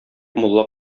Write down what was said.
мулла